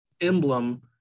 emblem